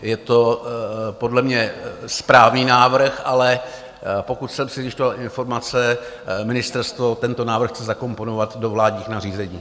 Je to podle mě správný návrh, ale pokud jsem si zjišťoval informace, ministerstvo tento návrh chce zakomponovat do vládních nařízení.